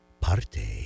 parte